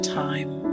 time